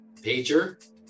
pager